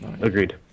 Agreed